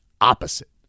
opposite